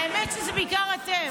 האמת, זה בעיקר אתם.